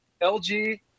LG